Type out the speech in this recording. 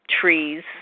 trees